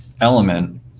element